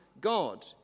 God